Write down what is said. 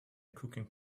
cooking